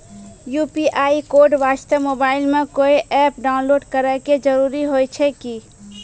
UPI code वास्ते mobile मे कोय एप्प डाउनलोड करे के जरूरी होय छै की?